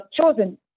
chosen